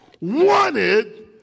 wanted